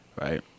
right